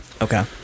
okay